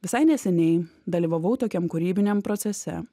visai neseniai dalyvavau tokiam kūrybiniam procese